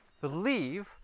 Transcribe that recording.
believe